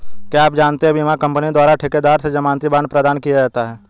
क्या आप जानते है बीमा कंपनी द्वारा ठेकेदार से ज़मानती बॉण्ड प्रदान किया जाता है?